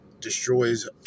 destroys